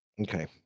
Okay